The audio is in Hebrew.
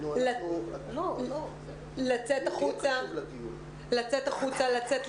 השעשועים, לצאת החוצה.